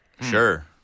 Sure